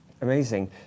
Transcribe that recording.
Amazing